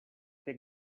take